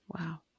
Wow